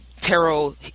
tarot